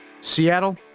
Seattle